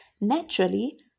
naturally